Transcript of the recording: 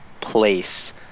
place